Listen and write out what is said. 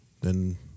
then-